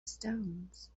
stones